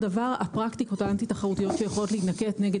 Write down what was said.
הפרקטיקות האנטי תחרותיות שיכולות להינקט נגד